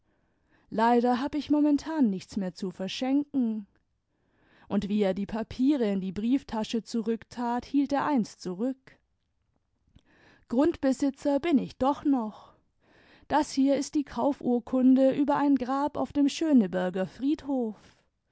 leider hab ich momentan nichts mehr zu verschenken und wie er die papiere in die brieftasche zurücktat hielt er eins zurück grundbesitzer bin ich doch noch das hier ist die kaufurkunde über ein grab auf dem schöneberger friedhof